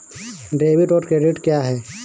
Debit और credit क्या है?